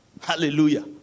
hallelujah